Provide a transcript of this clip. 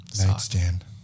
nightstand